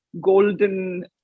golden